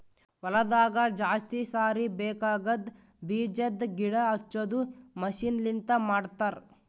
ಹೊಲದಾಗ ಜಾಸ್ತಿ ಸಾರಿ ಬೇಕಾಗದ್ ಬೀಜದ್ ಗಿಡ ಹಚ್ಚದು ಮಷೀನ್ ಲಿಂತ ಮಾಡತರ್